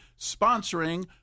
sponsoring